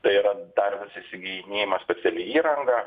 tai yra dar vis įsigyjinėjama speciali įranga